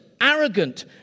arrogant